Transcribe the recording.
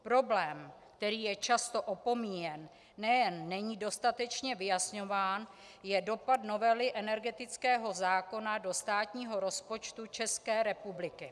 Problém, který je často opomíjen a není dostatečně vyjasňován, je dopad novely energetického zákona do státního rozpočtu České republiky.